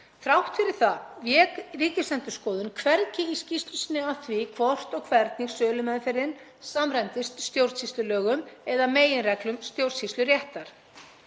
Þrátt fyrir það vék Ríkisendurskoðun hvergi í skýrslu sinni að því hvort og hvernig sölumeðferðin samræmdist stjórnsýslulögum eða meginreglum stjórnsýsluréttar.